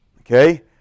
okay